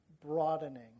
broadening